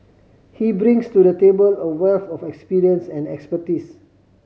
he brings to the table a wealth of experience and expertise